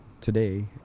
today